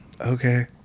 Okay